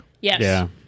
Yes